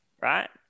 Right